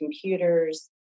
computers